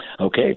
Okay